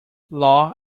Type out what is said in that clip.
law